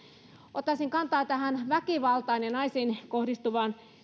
ottaisin kantaa tähän väkivaltaan erityisesti naisiin kohdistuvaan